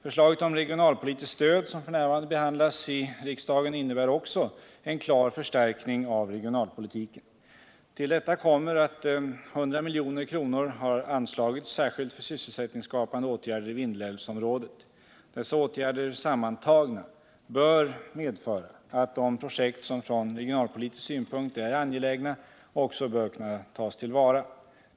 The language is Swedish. Förslaget om regionalpolitiskt stöd som f. n. behandlas i riksdagen innebär också en klar förstärkning av regionalpolitiken. Till detta kommer att 100 milj.kr. har anslagits särskilt för sysselsättningsskapande åtgärder i Vindelälvsområdet. Dessa åtgärder sammantagna bör medföra att de projekt som från regionalpolitisk synpunkt är angelägna också bör kunna tas till vara.